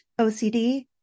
OCD